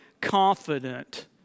confident